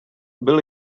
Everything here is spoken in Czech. byl